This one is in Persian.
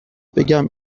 بگم